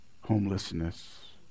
homelessness